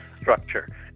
structure